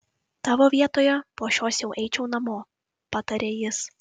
tavo vietoje po šios jau eičiau namo patarė jis